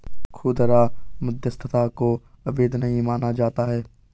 खुदरा मध्यस्थता को अवैध नहीं माना जाता है